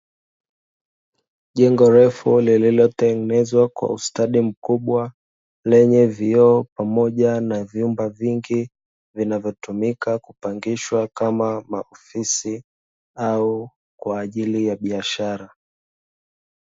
Jengo refu lililo tengenezwa kwa ustadi mkubwa lenye vioo pamoja na vyumba vingi, vinavyotumika kupangishwa kama maofisi au kwaajili ya biashara.